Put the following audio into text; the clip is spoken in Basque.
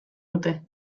dute